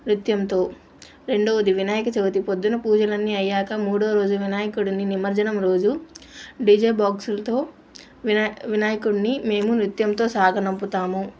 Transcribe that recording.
నృత్యంతో రెండవది వినాయక చవితి పొద్దున పూజలన్ని అయ్యాక మూడో రోజు వినాయకుడిని నిమర్జనం రోజు డిజే బాక్స్ల్తో వినయ వినాయకుడిని మేము నృత్యంతో సాగనింపుతాము